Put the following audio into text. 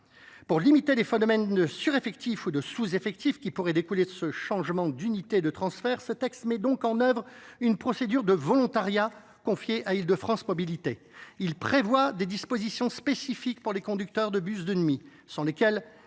Pour limiter les phénomènes de sureffectif ou de sous effectif qui pourraient découler de ce changement d’unité de transfert, ce texte met en œuvre une procédure de volontariat, confiée à Île de France Mobilités. Il prévoit des dispositions spécifiques pour les conducteurs de bus de nuit, sans lesquelles